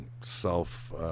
self